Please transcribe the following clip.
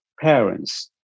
parents